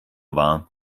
war